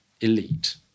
elite